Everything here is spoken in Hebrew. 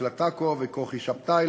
לדקלה טקו וכוכי שבתאי,